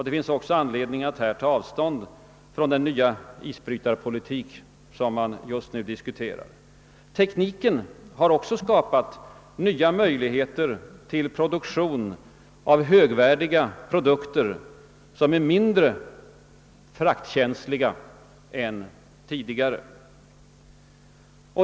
Det finns anledning att här ta avstånd från den nya isbrytarpolitik som man just nu diskuterar. Tekniken har också skapat nya möjligheter till produktion av högvärdiga produkter som är mindre fraktkänsliga än tidigare.